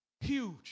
huge